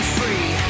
free